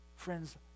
Friends